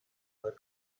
other